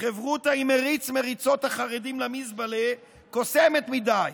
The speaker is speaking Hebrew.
חברותא עם מריץ מריצות החרדים למזבלה קוסמת מדי.